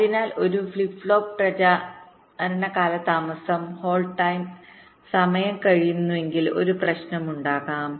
അതിനാൽ ഒരു flip flop പ്രചാരണ കാലതാമസം ഹോൾഡ് സമയം കവിയുന്നുവെങ്കിൽ ഒരു പ്രശ്നമുണ്ടാകാം